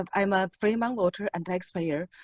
um i'm a fremont voter and taxpayer.